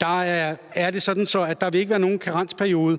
er sådan, at der ikke vil være nogen karensperiode,